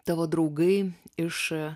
tavo draugai iš